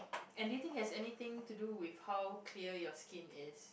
and do you think has anything to do with how clear your skin is